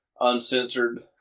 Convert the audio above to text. Uncensored